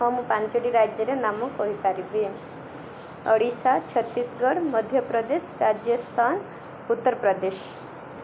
ହଁ ମୁଁ ପାଞ୍ଚଟି ରାଜ୍ୟର ନାମ କହିପାରିବି ଓଡ଼ିଶା ଛତିଶଗଡ଼ ମଧ୍ୟପ୍ରଦେଶ ରାଜସ୍ଥାନ ଉତ୍ତରପ୍ରଦେଶ